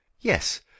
Yes